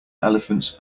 elephants